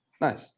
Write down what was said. nice